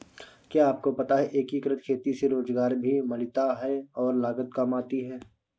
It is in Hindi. क्या आपको पता है एकीकृत खेती से रोजगार भी मिलता है और लागत काम आती है?